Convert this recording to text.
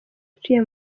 utuye